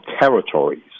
territories